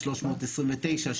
329,